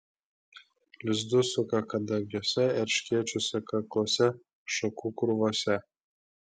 lizdus suka kadagiuose erškėčiuose karkluose šakų krūvose